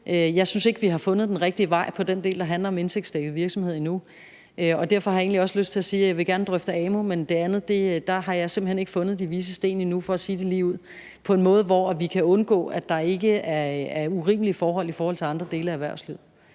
Jeg synes ikke, vi har fundet den rigtige vej på den del, der handler om indtægtsdækket virksomhed. Derfor har jeg egentlig også lyst til at sige, at jeg gerne vil drøfte amu, men når det gælder det andet, har jeg simpelt hen ikke – for nu at sige det ligeud – fundet de vises sten, så vi kan undgå, at der ikke er urimelige forhold i forhold til andre dele af erhvervslivet.